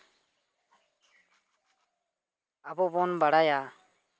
ᱟᱵᱚ ᱵᱚᱱ ᱵᱟᱲᱟᱭᱟ